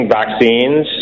vaccines